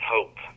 Hope